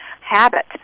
habit